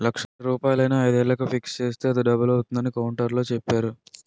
లక్ష రూపాయలను ఐదు ఏళ్లకు ఫిక్స్ చేస్తే అది డబుల్ అవుతుందని కౌంటర్లో చెప్పేరు